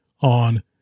on